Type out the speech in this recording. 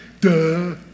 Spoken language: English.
Duh